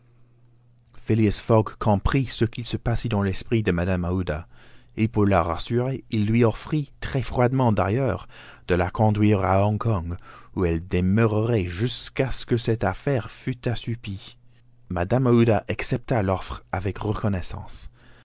fogg comprit ce qui se passait dans l'esprit de mrs aouda et pour la rassurer il lui offrit très froidement d'ailleurs de la conduire à hong kong où elle demeurerait jusqu'à ce que cette affaire fût assoupie mrs aouda accepta l'offre avec reconnaissance